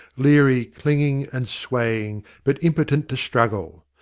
leary clinging and swaying, but impotent to struggle.